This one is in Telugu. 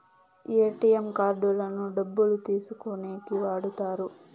ఏటీఎం కార్డులను డబ్బులు తీసుకోనీకి వాడుతారు